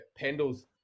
Pendles